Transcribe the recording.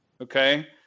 okay